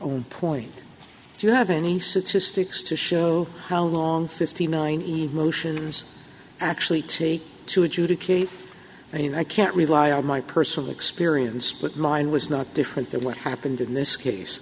own point do you have any statistics to show how long fifty nine motions actually take to adjudicate i mean i can't rely on my personal experience but mine was not different than what happened in this case